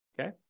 Okay